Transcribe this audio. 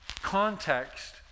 Context